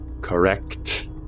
Correct